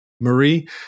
Marie